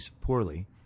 poorly